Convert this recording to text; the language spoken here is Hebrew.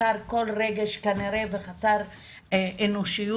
חסר כל רגש כנראה וחסר אנושיות.